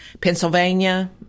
Pennsylvania